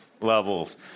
levels